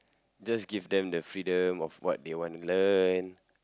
just give them the freedom of what they want to learn